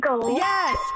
Yes